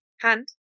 hand